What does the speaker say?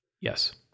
Yes